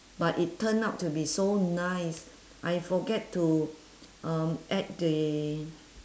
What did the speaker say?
but it turn out to be so nice I forget to uh add the